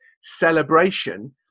celebration